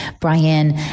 Brian